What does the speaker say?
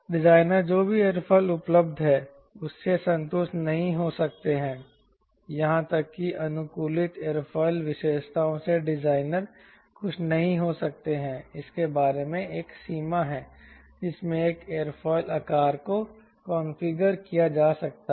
designer जो भी aerofoil उपलब्ध हैं उससे संतुष्ट नहीं हो सकते हैं यहां तक कि अनुकूलित एयरोफिल विशेषताओं से डिजाइनर खुश नहीं हो सकते हैं इसके बारे में एक सीमा है जिसमें एक एयरोफिल आकार को कॉन्फ़िगर किया जा सकता है